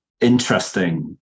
interesting